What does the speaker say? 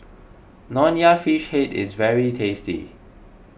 Nonya Fish Head is very tasty